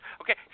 Okay